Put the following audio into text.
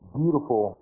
beautiful